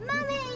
Mommy